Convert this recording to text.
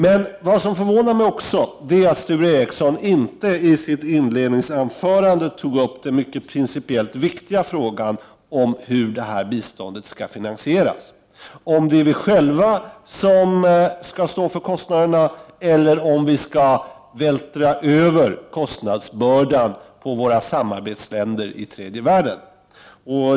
Men vad som också förvånar mig är att Sture Ericson i sitt inledningsanförande inte berör den principiellt viktiga frågan om hur detta bistånd skall finansieras, alltså om det är vi själva som skall stå för kostnaderna eller om kostnadsbördan skall övervältras på våra samarbetsländer i tredje världen.